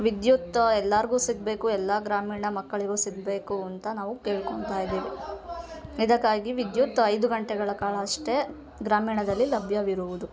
ವಿದ್ಯುತ್ ಎಲ್ಲರಿಗೂ ಸಿಗಬೇಕು ಎಲ್ಲ ಗ್ರಾಮೀಣ ಮಕ್ಕಳಿಗೂ ಸಿಗಬೇಕು ಅಂತ ನಾವು ಕೇಳ್ಕೊಳ್ತಾ ಇದ್ದೀವಿ ಇದಕ್ಕಾಗಿ ವಿದ್ಯುತ್ ಐದು ಗಂಟೆಗಳ ಕಾಲ ಅಷ್ಟೆ ಗ್ರಾಮೀಣದಲ್ಲಿ ಲಭ್ಯವಿರುವುದು